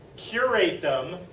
curate them,